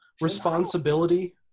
Responsibility